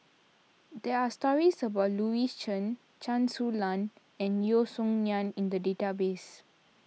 there are stories about Louis Chen Chen Su Lan and Yeo Song Nian in the database